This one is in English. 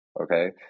okay